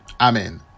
amen